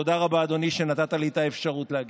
תודה רבה, אדוני, שנתת לי את האפשרות להגיב.